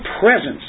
presence